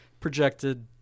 projected